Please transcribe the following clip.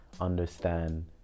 understand